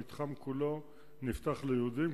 המתחם כולו נפתח ליהודים.